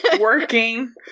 working